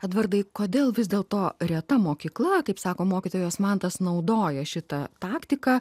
edvardai kodėl vis dėlto reta mokykla kaip sako mokytojas mantas naudoja šitą taktiką